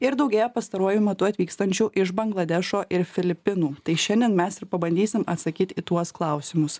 ir daugėja pastaruoju metu atvykstančių iš bangladešo ir filipinų tai šiandien mes pabandysim atsakyt į tuos klausimus